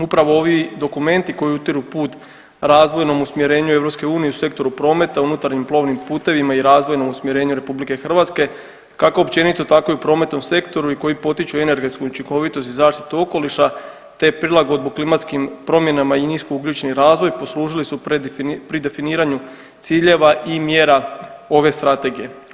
Upravo ovi dokumenti koji utiru put razvojnom usmjerenju EU u sektoru prometa unutarnjim plovnim putevima i razvojnom usmjerenju RH kako općenito tako i u prometnom sektoru koji potiču energetsku učinkovitost i zaštitu okoliša te prilagodbu klimatskim promjenama i nisko ugljični razvoj poslužili su pri definiranju ciljeva i mjera ove strategije.